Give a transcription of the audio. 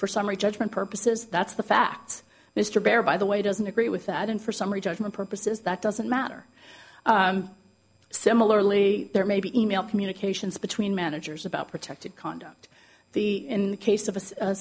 for summary judgment purposes that's the facts mr bear by the way doesn't agree with that and for summary judgment purposes that doesn't matter similarly there may be e mail communications between managers about protected conduct the in the case of a